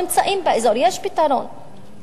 אם לא, צריך באמת לאסוף אותם.